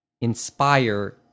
inspire